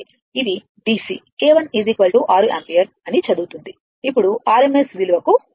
ఇది DC A1 6 ampere అని చదువుతుంది ఇప్పుడు RMS విలువకు రండి